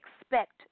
expect